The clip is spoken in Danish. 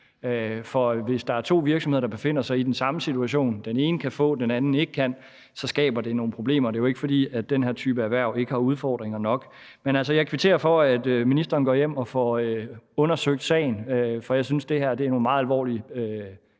for hvis der er to virksomheder, der befinder sig i den samme situation, men hvor den ene kan få, og den anden kan ikke, skaber det nogle problemer. Det er jo ikke, fordi den her type erhverv ikke har udfordringer nok. Men altså, jeg kvitterer for, at ministeren går hjem og får undersøgt sagen, for jeg synes, at det her er nogle meget alvorlige